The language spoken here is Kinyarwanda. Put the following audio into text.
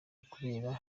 kubera